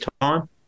time